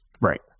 right